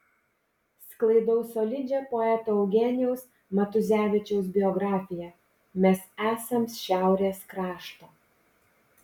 sklaidau solidžią poeto eugenijaus matuzevičiaus biografiją mes esam šiaurės krašto